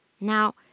Now